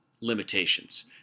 limitations